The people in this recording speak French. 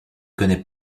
connaît